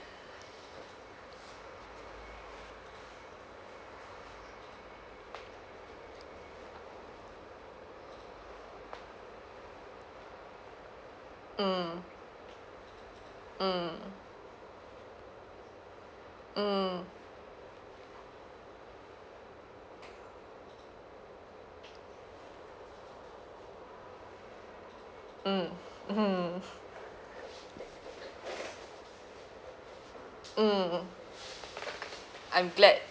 mm mm mm mm mm mm I'm glad